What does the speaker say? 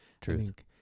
truth